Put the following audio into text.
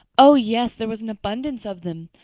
oh, yes, there was an abundance of them.